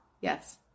Yes